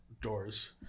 doors